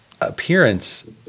appearance